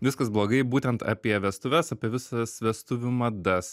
viskas blogai būtent apie vestuves apie visas vestuvių madas